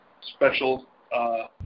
special